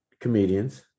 comedians